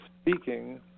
speaking